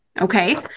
Okay